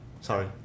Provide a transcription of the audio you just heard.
Sorry